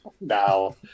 now